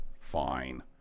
Fine